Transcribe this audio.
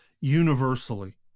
universally